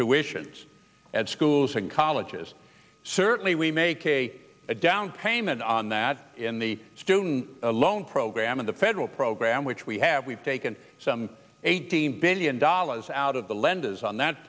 tuitions at schools and colleges certainly we make a a down payment on that in the student loan program in the federal program which we have we've taken some eighteen billion dollars out of the lenders on that